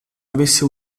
avesse